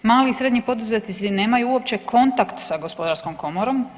Mali i srednji poduzetnici nemaju uopće kontakt sa gospodarskom komorom.